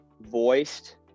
voiced